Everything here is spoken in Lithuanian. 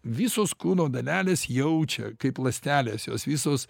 visos kūno dalelės jaučia kaip ląstelės jos visos